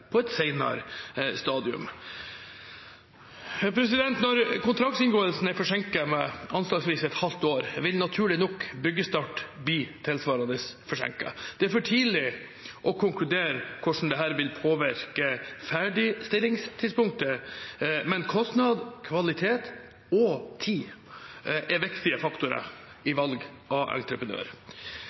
på et senere stadium. Når kontraktinngåelsen er forsinket med anslagsvis et halvt år, vil naturlig nok byggestart bli tilsvarende forsinket. Det er for tidlig å konkludere hvordan dette vil påvirke ferdigstillingstidspunktet, men kostnad, kvalitet og tid er viktige faktorer i valg av entreprenør.